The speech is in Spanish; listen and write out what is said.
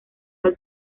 del